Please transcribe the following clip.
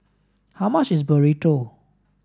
how much is Burrito